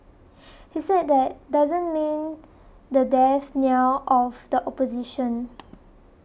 he said that does not mean the death knell of the opposition